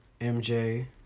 MJ